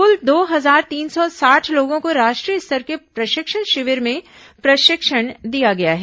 कुल दो हजार तीन सौ साठ लोगों को राष्ट्रीय स्तर के प्रशिक्षण शिविर में प्रशिक्षण दिया गया है